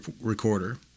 recorder